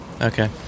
okay